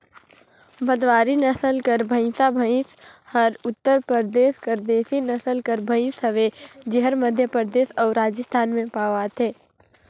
भदवारी नसल कर भंइसा भंइस हर उत्तर परदेस कर देसी नसल कर भंइस हवे जेहर मध्यपरदेस अउ राजिस्थान में पवाथे